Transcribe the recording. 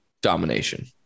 domination